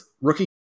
rookie